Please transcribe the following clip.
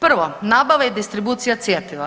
Prvo nabava i distribucija cjepiva.